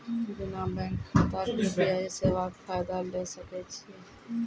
बिना बैंक खाताक यु.पी.आई सेवाक फायदा ले सकै छी?